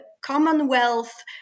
Commonwealth